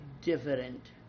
different